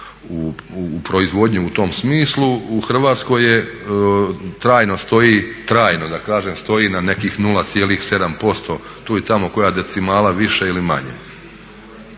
u proizvodnju u tom smislu u Hrvatskoj je trajno stoji, trajno da kažem stoji na nekih 0,7%, tu i tamo koja decimala više ili manje.